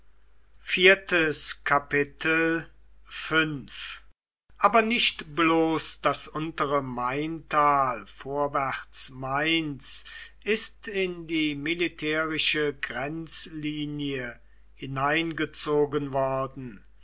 aber nicht bloß das untere maintal vorwärts mainz ist in die militärische grenzlinie hineingezogen worden